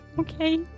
okay